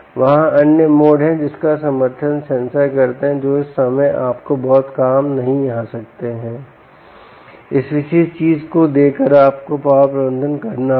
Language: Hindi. वहां अन्य मोड हैं जिसका समर्थन सेंसर करते हैं जो इस समय आपके बहुत काम नहीं आ सकते हैंइस विशेष चीज को देखकर आपको पॉवर प्रबंधन करना होगा